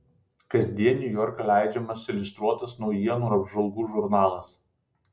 kasdien niujorke leidžiamas iliustruotas naujienų ir apžvalgų žurnalas